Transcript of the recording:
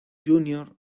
junior